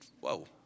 Whoa